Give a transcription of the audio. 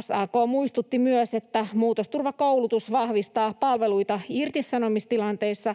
SAK muistutti myös, että muutosturvakoulutus vahvistaa palveluita irtisanomistilanteissa,